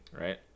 right